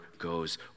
goes